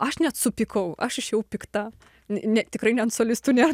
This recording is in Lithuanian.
aš net supykau aš išėjau pikta n ne tikrai ne ant solistų ne